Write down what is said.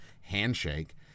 handshake